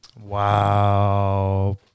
Wow